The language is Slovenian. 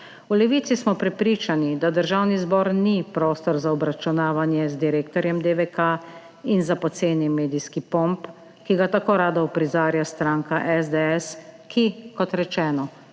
V Levici smo prepričani, da Državni zbor ni prostor za obračunavanje z direktorjem DVK in za poceni medijski pomp, ki ga tako rada uprizarja stranka SDS, ki, kot rečeno,